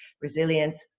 resilience